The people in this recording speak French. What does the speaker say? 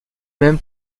même